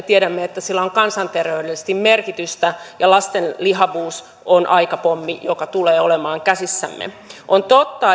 tiedämme että sillä on kansanterveydellisesti merkitystä ja lasten lihavuus on aikapommi joka tulee olemaan käsissämme on totta